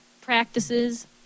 practices